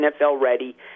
NFL-ready